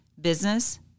business